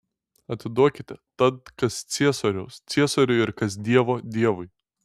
atiduokite tad kas ciesoriaus ciesoriui ir kas dievo dievui